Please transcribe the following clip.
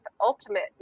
Ultimate